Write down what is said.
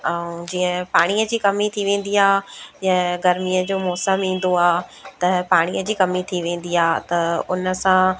ऐं जीअं पाणीअ जी कमी थी वेंदी आहे या गर्मीअ जो मौसम ईंदो आहे त पाणीअ जी कमी थी वेंदी आहे त उन सां